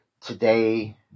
Today